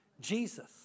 Jesus